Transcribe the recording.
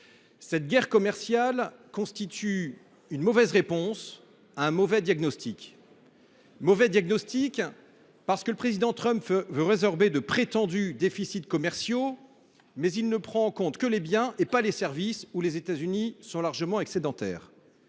Cette guerre commerciale apporte une mauvaise réponse à un mauvais diagnostic. Il s’agit d’un mauvais diagnostic, parce que le président Trump veut résorber de prétendus déficits commerciaux, alors qu’il ne prend en compte que les biens et pas les services, secteur dans lequel les États Unis sont largement excédentaires.